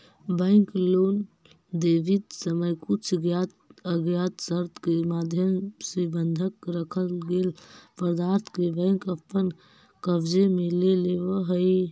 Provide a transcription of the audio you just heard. bank loan देवित समय कुछ ज्ञात अज्ञात शर्त के माध्यम से बंधक रखल गेल पदार्थ के बैंक अपन कब्जे में ले लेवऽ हइ